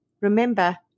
Remember